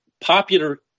popular